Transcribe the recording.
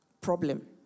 problem